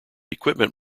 equipment